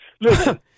Listen